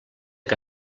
que